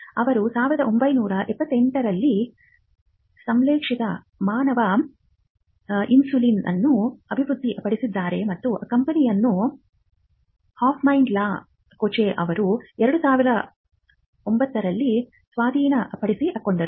ಅವರು 1978 ರಲ್ಲಿ ಸಂಶ್ಲೇಷಿತ ಮಾನವ ಇನ್ಸುಲಿನ್ ಅನ್ನು ಅಭಿವೃದ್ಧಿಪಡಿಸಿದ್ದಾರೆ ಮತ್ತು ಕಂಪನಿಯನ್ನು ಹಾಫ್ಮನ್ ಲಾ ರೋಚೆ ಅವರು 2009 ರಲ್ಲಿ ಸ್ವಾಧೀನಪಡಿಸಿಕೊಂಡರು